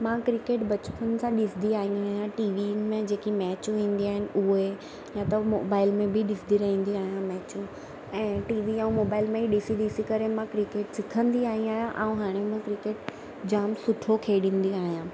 मां क्रिकेट बचपन खां ॾिसंदी आई आहियां टी वी में जेके मैचूं ईंदी आहिनि उहे या त मोबाइल में बि ॾिसंदी रहंदी आहियां मैचूं ऐं टी वी ऐं मोबाइल में ॾिसी ॾिसी करे मां क्रिकेट सिखंदी आई आहियां ऐं हाणे मां क्रिकेट जाम सुठो खेॾंदी आहियां